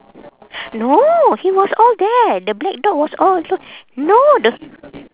no he was all there the black dog was all alo~ no the